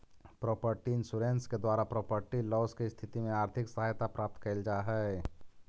property insurance के द्वारा property loss के स्थिति में आर्थिक सहायता प्राप्त कैल जा हई